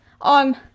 on